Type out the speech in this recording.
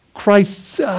Christ's